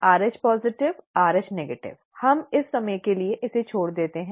और Rh positive Rh negative हम इस समय के लिए इसे छोड़ देते हैं